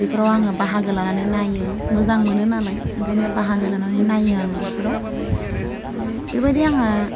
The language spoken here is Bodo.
बेफोराव आङो बाहागो लानानै नायो मोजां मोनो नालाय ओंखायनो बाहागो लानानै नायो आं बेफोराव बेबायदि आंहा